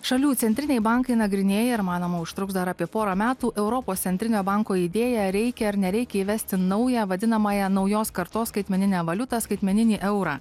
šalių centriniai bankai nagrinėja ir manoma užtruks dar apie porą metų europos centrinio banko idėją reikia ar nereikia įvesti naują vadinamąją naujos kartos skaitmeninę valiutą skaitmeninį eurą